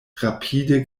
rapide